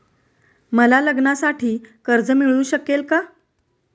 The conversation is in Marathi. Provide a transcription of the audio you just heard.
मला लग्नासाठी कर्ज मिळू शकेल का?